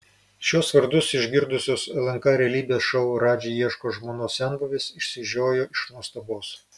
šiuos vardus išgirdusios lnk realybės šou radži ieško žmonos senbuvės išsižiojo iš nuostabos